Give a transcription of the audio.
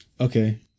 okay